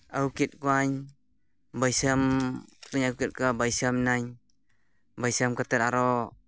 ᱟᱹᱜᱩ ᱠᱮᱫ ᱠᱚᱣᱟᱹᱧ ᱵᱟᱹᱥᱭᱟᱹᱢ ᱤᱧ ᱟᱹᱜᱩ ᱠᱮᱫ ᱠᱚᱣᱟ ᱵᱟᱹᱥᱭᱟᱹᱢ ᱮᱱᱟᱹᱧ ᱵᱟᱹᱥᱭᱟᱹᱢ ᱠᱟᱛᱮᱫ ᱟᱨᱚ